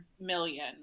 million